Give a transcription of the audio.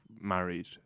married